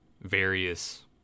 various